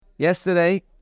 Yesterday